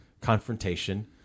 confrontation